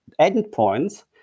endpoints